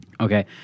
okay